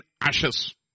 ashes